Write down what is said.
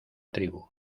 tribu